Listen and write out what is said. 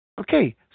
okay